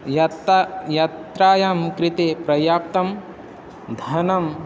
यात्रा यात्रायाः कृते प्रयाप्तं धनम्